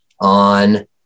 on